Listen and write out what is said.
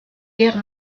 guerre